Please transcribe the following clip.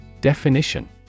Definition